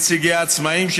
ונציגי העצמאים,